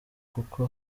kuko